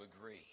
agree